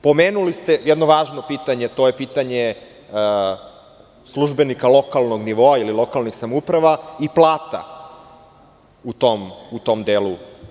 Pomenuli ste jedno važno pitanje, a to je pitanje službenika lokalnog nivoa ili lokalnih samouprava i plata u tom delu.